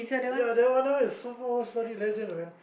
ya that one now is super old story legend man